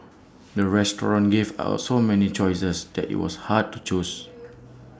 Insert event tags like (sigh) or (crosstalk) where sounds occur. the restaurant gave our so many choices that IT was hard to choose (noise)